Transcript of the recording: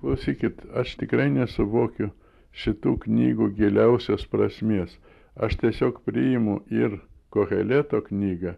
klausykit aš tikrai nesuvokiu šitų knygų giliausios prasmės aš tiesiog priimu ir koheleto knygą